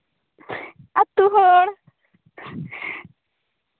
ᱟᱹᱛᱩ ᱦᱚᱲ